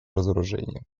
разоружению